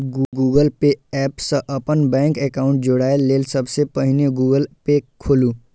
Google Pay app सं अपन bank account जोड़य लेल सबसं पहिने गूगल पे खोलू